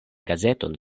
gazeton